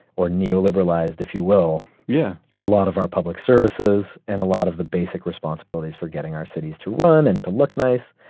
or neoliberalized, if you will, yeah a lot of our public services and a lot of the basic responsibilities for getting our cities to run and to look nice,